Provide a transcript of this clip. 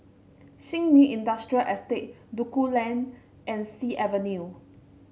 Sin Ming Industrial Estate Duku Lane and Sea Avenue